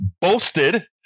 boasted